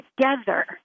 together